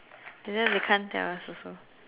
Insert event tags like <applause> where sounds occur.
later <noise> they can't tell us also